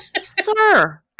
Sir